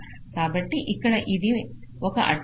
కాబట్టి ఇక్కడ ఇది ఒక అడ్డంకి